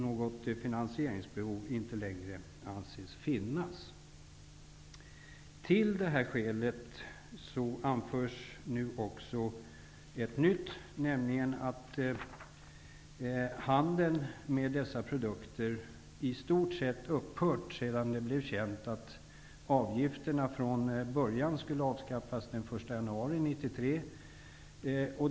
Något finansieringsbehov anses därför inte längre finnas. Man anför också som skäl det faktum att handeln med dessa produkter i stort sett upphört sedan det blev känt att avgifterna var tänkta att avskaffas den 1 januari 1993.